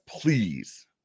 please